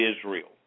Israel